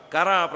Kara